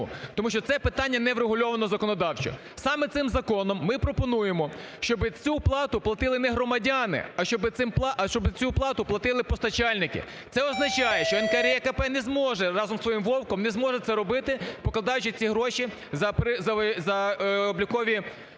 Тому що це питання не врегульовано законодавчо. Саме цим законом ми пропонуємо, щоб цю плату платили не громадяни, а щоб цю плату платили постачальники. Це означає, що НКРЕКП не зможе, разом зі своїм Вовком не зможе це робити, покладаючи ці гроші за облікові